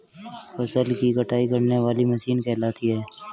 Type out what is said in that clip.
फसल की कटाई करने वाली मशीन कहलाती है?